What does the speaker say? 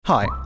Hi